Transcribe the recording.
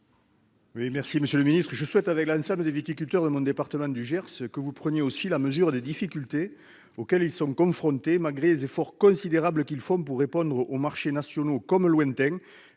Monsieur le ministre, avec l'ensemble des viticulteurs de mon département du Gers, je souhaite que vous preniez la mesure des difficultés auxquelles ces viticulteurs sont confrontés malgré les efforts considérables qu'ils font pour répondre aux marchés nationaux comme lointains-